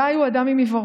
גיא הוא אדם עם עיוורון.